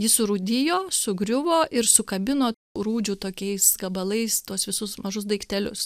ji surūdijo sugriuvo ir sukabino rūdžių tokiais gabalais tuos visus mažus daiktelius